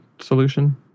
solution